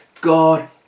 God